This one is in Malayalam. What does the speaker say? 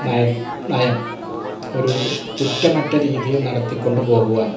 നയ നയം ഒരു ഒരു കുറ്റമറ്റ രീതിയിൽ നടത്തി കൊണ്ട് പോകുവാൻ